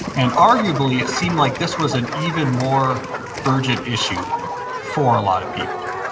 and arguably, it seemed like this was an even more urgent issue for a lot of people.